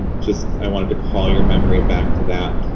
just, i wanted to call your memory back to that.